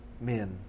men